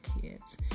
kids